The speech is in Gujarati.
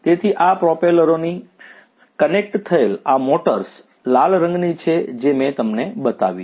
તેથી આ પ્રોપેલરોથી કનેક્ટ થયેલ આ મોટર્સ લાલ રંગની છે જે મેં તમને બતાવી છે